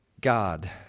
God